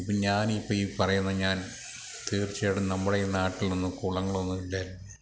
ഇപ്പം ഞാനിപ്പം ഈ പറയുന്ന ഞാൻ തീർച്ചയായിട്ടും നമ്മുടെ ഈ നാട്ടിലൊന്നും കുളങ്ങളൊന്നും ഇല്ല